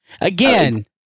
again